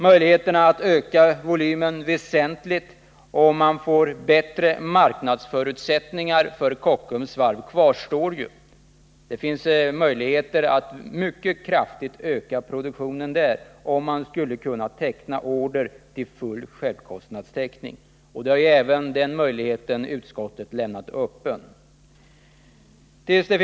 Möjligheterna att väsentligt öka volymen vid bättre marknadsförutsättningar kvarstår ju. Det finns möjlighet att där mycket kraftigt öka produktionen, om man kunde teckna order till full självkostnadstäckning. Den möjligheten har utskottet lämnat Nr 164 öppen.